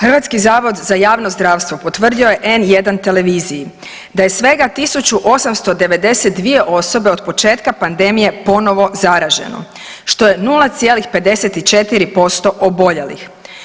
Hrvatski zavod za javno zdravstvo potvrdio je N1 televiziji da je svega 1892 osobe od početka pandemije ponovo zaraženo što je 0,54% oboljelih.